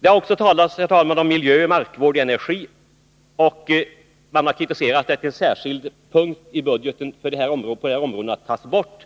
Man har också kritiserat att en särskild anslagspost för miljö, markvård och energi tas bort.